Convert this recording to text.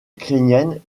ukrainiennes